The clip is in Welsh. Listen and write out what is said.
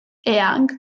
eang